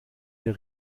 der